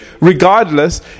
regardless